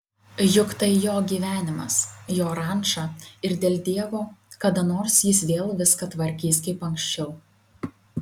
juk tai jo gyvenimas jo ranča ir dėl dievo kada nors jis vėl viską tvarkys kaip anksčiau